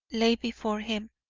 lay before him.